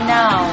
now